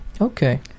Okay